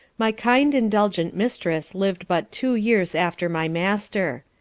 my kind, indulgent mistress liv'd but two years after my master.